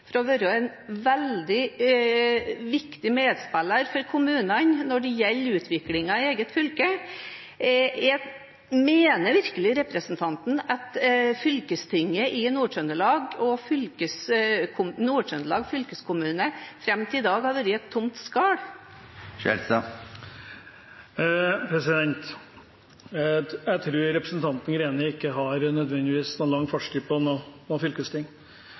for å være en veldig viktig medspiller for kommunene når det gjelder utviklingen i eget fylke. Mener virkelig representanten at fylkestinget i Nord-Trøndelag og Nord-Trøndelag fylkeskommune fram til i dag har vært et tomt skall? Jeg tror ikke representanten Greni har lang fartstid på noe fylkesting.